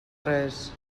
res